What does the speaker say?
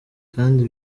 kandi